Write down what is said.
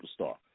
superstar